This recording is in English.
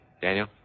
Daniel